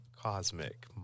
Cosmic